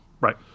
right